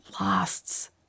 lasts